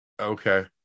Okay